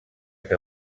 que